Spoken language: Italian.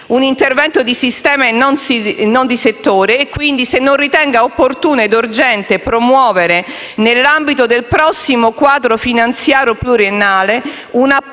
un intervento di sistema e non di settore; quindi se non ritenga opportuno ed urgente promuovere nell'ambito del prossimo quadro finanziario pluriennale un apposito